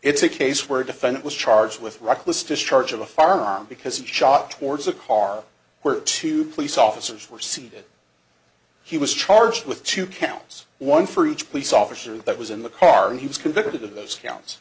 it's a case where a defendant was charged with reckless discharge of a farm because it shot towards a car where two police officers were seated he was charged with two counts one for each police officer that was in the car and he was convicted of those